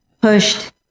pushed